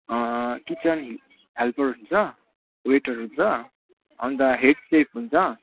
kitchen helper हुन्छ waiter हुन्छ अन्त हेड सेफ हुन्छ